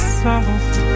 soft